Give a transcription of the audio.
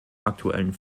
aktuellen